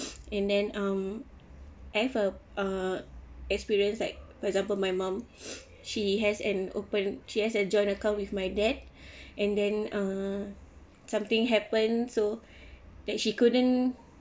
and then um I have a uh experience like for example my mum she has an open she has a joint account with my dad and then uh something happen so that she couldn't